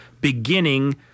beginning